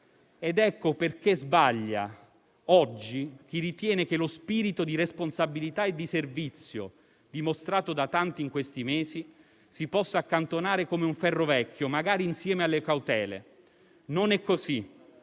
Ecco perché sbaglia oggi chi ritiene che lo spirito di responsabilità e di servizio dimostrato da tanti in questi mesi si possa accantonare come un ferro vecchio, magari insieme alle cautele. Non è così